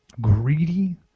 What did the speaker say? greedy